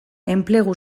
enplegu